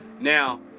Now